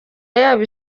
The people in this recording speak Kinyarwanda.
yaba